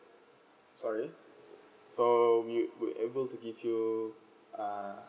sorry so we were able to give you uh